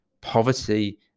poverty